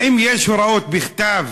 האם יש הוראות בכתב